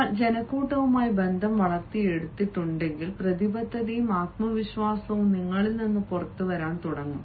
നിങ്ങൾ ജനക്കൂട്ടവുമായി ബന്ധം വളർത്തിയെടുത്തിട്ടുണ്ടെങ്കിൽ പ്രതിബദ്ധതയും ആത്മവിശ്വാസവും നിങ്ങളിൽ നിന്ന് പുറത്തുവരാൻ തുടങ്ങും